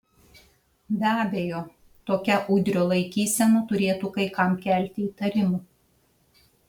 be abejo tokia udrio laikysena turėtų kai kam kelti įtarimų